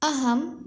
अहम्